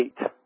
eight